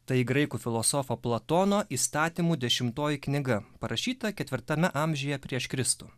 tai graikų filosofo platono įstatymų dešimtoji knyga parašyta ketvirtame amžiuje prieš kristų